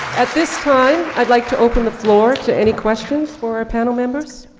at this time, i'd like to open the floor to any questions for our panel members.